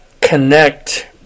connect